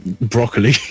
Broccoli